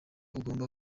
ugomba